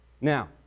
Now